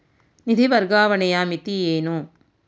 ನಿಧಿ ವರ್ಗಾವಣೆಯ ಮಿತಿ ಏನು?